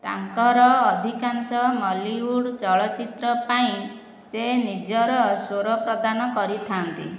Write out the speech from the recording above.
ତାଙ୍କର ଅଧିକାଂଶ ମଲିଉଡ୍ ଚଳଚ୍ଚିତ୍ର ପାଇଁ ସେ ନିଜର ସ୍ୱର ପ୍ରଦାନ କରିଥାନ୍ତି